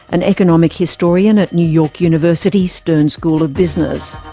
an economic historian at new york university stern school of business.